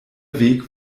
weg